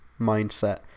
mindset